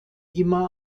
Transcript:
immer